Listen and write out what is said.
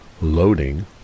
Loading